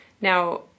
Now